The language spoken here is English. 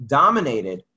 dominated